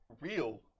real